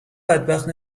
بدبخت